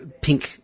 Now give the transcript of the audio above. pink